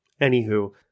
anywho